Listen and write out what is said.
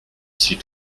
suis